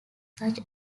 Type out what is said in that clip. such